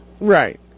Right